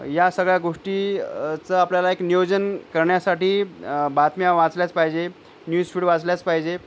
या सगळ्या गोष्टीचं आपल्याला एक नियोजन करण्यासाठी बातम्या वाचल्याच पाहिजे न्यूज फीड वाचल्याच पाहिजे